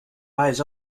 eyes